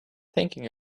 thinking